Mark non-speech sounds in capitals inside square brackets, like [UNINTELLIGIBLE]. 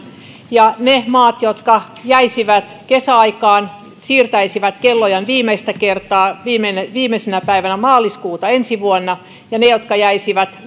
ja ne maat jotka jäisivät kesäaikaan siirtäisivät kellojaan viimeistä kertaa viimeisenä viimeisenä päivänä maaliskuuta ensi vuonna ja ne jotka jäisivät [UNINTELLIGIBLE]